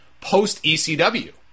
post-ECW